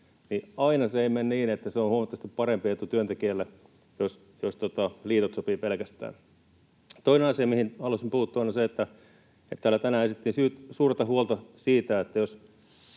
Eli aina se ei mene niin, että se on huomattavasti parempi työntekijälle, jos pelkästään liitot sopivat. Toinen asia, mihin haluaisin puuttua, on se, että täällä tänään esitettiin suurta huolta siitä,